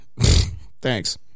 Thanks